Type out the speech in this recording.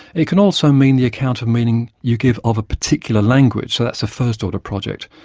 it can also mean the account of meaning you give of a particular language. so that's a first-order project,